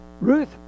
Ruth